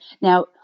now